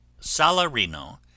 Salarino